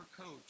coach